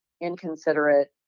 inconsiderate